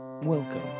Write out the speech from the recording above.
Welcome